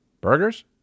burgers